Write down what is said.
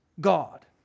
God